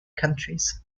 countries